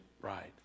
right